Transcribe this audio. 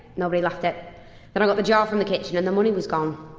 nobody left it. then i got the jar from the kitchen, and the money was gone.